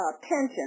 pension